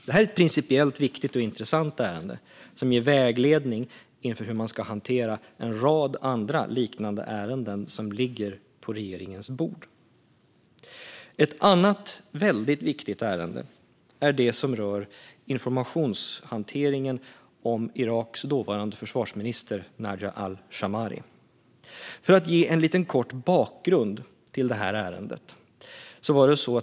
Det här är ett principiellt viktigt och intressant ärende som ger vägledning inför hur man ska hantera en rad andra liknande ärenden som ligger på regeringens bord. Ett annat väldigt viktigt ärende är det som rör informationshanteringen om Iraks dåvarande försvarsminister Najah al-Shammari. Jag ska ge en liten kort bakgrund till ärendet.